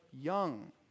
young